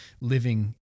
living